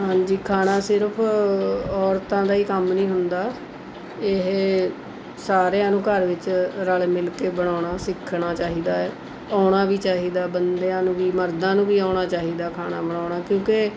ਹਾਂਜੀ ਖਾਣਾ ਸਿਰਫ ਔਰਤਾਂ ਦਾ ਹੀ ਕੰਮ ਨਹੀਂ ਹੁੰਦਾ ਇਹ ਸਾਰਿਆਂ ਨੂੰ ਘਰ ਵਿੱਚ ਰਲ਼ ਮਿਲ ਕੇ ਬਣਾਉਣਾ ਸਿੱਖਣਾ ਚਾਹੀਦਾ ਹੈ ਆਉਣਾ ਵੀ ਚਾਹੀਦਾ ਬੰਦਿਆਂ ਨੂੰ ਵੀ ਮਰਦਾਂ ਨੂੰ ਵੀ ਆਉਣਾ ਚਾਹੀਦਾ ਖਾਣਾ ਬਣਾਉਣਾ ਕਿਉਂਕਿ